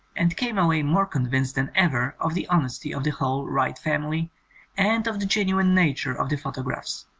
and came away more convinced than ever of the honesty of the whole wright family and of the genuine nature of the pho tographs.